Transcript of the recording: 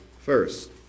first